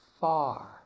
far